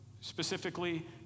specifically